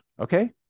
okay